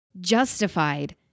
justified